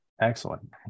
Excellent